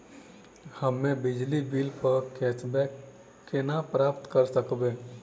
हम्मे बिजली बिल प कैशबैक केना प्राप्त करऽ सकबै?